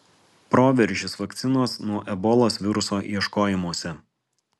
proveržis vakcinos nuo ebolos viruso ieškojimuose